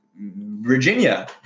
virginia